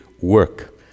work